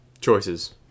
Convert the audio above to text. choices